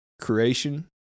creation